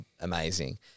amazing